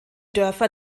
dörfer